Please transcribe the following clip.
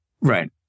Right